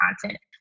content